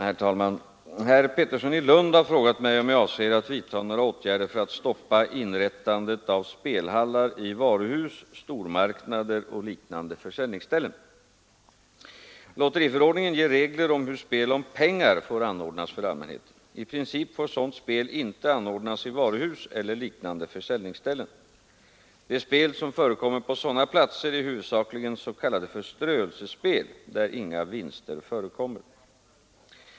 Herr talman! Herr Pettersson i Lund har frågat mig, om jag avser att vidta några åtgärder för att stoppa inrättandet av spelhallar i varuhus, stormarknader och liknande försäljningsställen. Lotteriförordningen ger regler om hur spel om pengar får anordnas för allmänheten. I princip får sådant spel inte anordnas i varuhus eller liknande försäljningsställen. De spel som förekommer på sådana platser är huvudsakligen s.k. förströelsespel, där inga vinster förekommer.